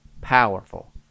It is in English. powerful